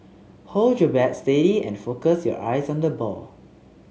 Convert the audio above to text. hold your bat steady and focus your eyes on the ball